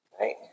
Right